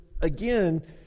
again